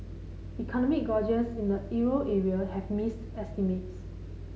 economic gauges in the euro area have missed estimates